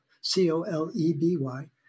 C-O-L-E-B-Y